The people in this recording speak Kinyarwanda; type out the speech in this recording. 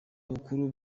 bukuru